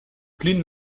pline